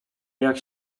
jak